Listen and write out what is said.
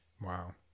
Wow